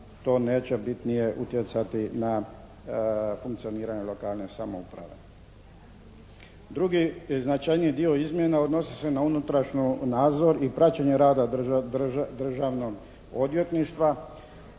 to neće bitnije utjecati na funkcioniranje lokalne samouprave. Drugi značajniji dio izmjena odnosi se na unutrašnji nadzor i praćenje rada državnog odvjetništva